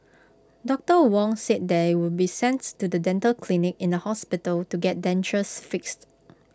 doctor Wong said they would be to the dental clinic in the hospital to get dentures fixed